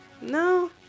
no